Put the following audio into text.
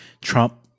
Trump